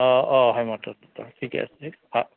অঁ অঁ হেমন্ত দত্ত ঠিকে আছে ভাল